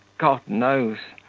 god knows!